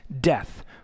death